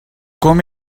com